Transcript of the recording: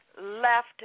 left